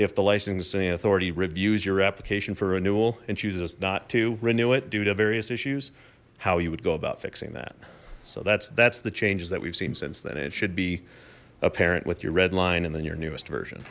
if the licensing authority reviews your application for renewal and chooses not to renew it due to various issues how you would go about fixing that so that's that's the changes that we've seen since then it should be apparent with your red line and then your newest version